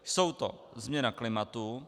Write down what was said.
Jsou to: změna klimatu.